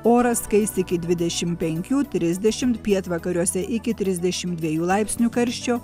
oras kais iki dvidešim penkių trisdešimt pietvakariuose iki trisdešim dviejų laipsnių karščio